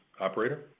Operator